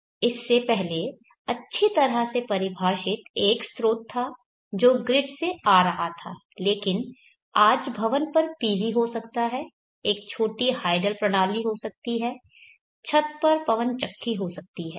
इससे पहले अच्छी तरह से परिभाषित एक स्रोत था जो ग्रिड से आ रहा था लेकिन आज भवन पर PV हो सकता है एक छोटी हाइडल प्रणाली हो सकती है छत पर पवन चक्की हो सकती है